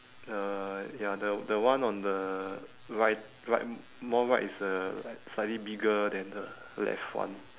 uh ya the the one on the right right more right is uh slightly bigger than the left one